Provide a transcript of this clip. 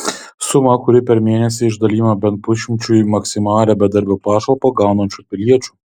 suma kuri per mėnesį išdalijama bent pusšimčiui maksimalią bedarbio pašalpą gaunančių piliečių